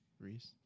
Reese